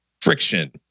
friction